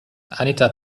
anita